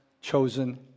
chosen